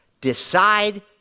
decide